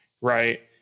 right